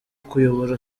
kuyobora